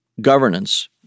governance